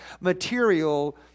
material